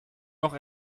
noch